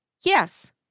yes